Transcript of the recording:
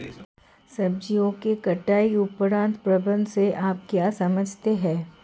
सब्जियों की कटाई उपरांत प्रबंधन से आप क्या समझते हैं?